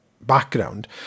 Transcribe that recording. background